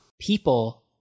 People